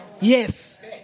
Yes